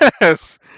Yes